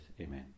Amen